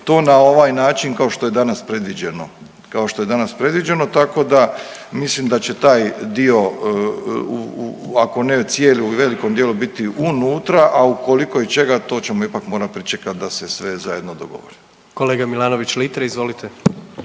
predviđeno, kao što je danas predviđeno. Tako da mislim da će taj dio, ako ne cijeli u velikom dijelu biti unutra, a u koliko i čega to ćemo ipak morat pričekati da se sve zajedno dogovori. **Jandroković, Gordan